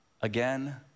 again